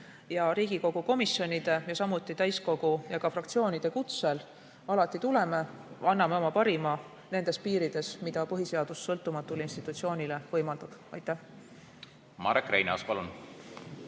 Riigikogu komisjonide, samuti täiskogu ja fraktsioonide kutsel alati tuleme ning anname oma parima nendes piirides, mida põhiseadus sõltumatule institutsioonile võimaldab. Aitäh!